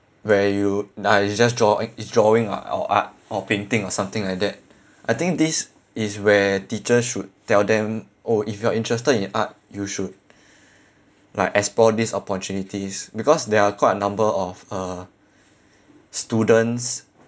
where you ah it's just draw~ it's drawing ah or art or painting or something like that I think this is where teachers should tell them oh if you are interested in art you should like explore these opportunities because there are quite a number of uh students